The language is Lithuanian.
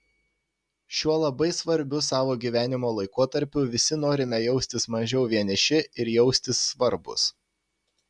šiuo labai svarbiu savo gyvenimo laikotarpiu visi norime jaustis mažiau vieniši ir jaustis svarbūs